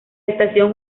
estación